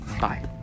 Bye